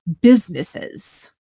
businesses